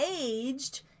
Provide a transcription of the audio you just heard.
aged